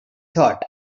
thought